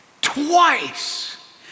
twice